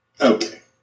Okay